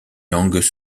langues